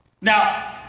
now